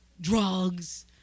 drugs